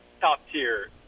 top-tier